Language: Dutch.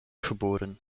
geboren